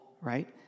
Right